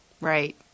right